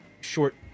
short